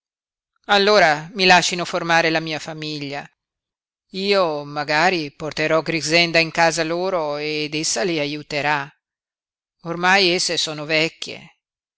allora mi lascino formare la mia famiglia io magari porterò grixenda in casa loro ed essa le aiuterà ormai esse sono vecchie